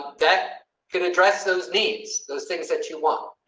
that can address those needs those things that you want.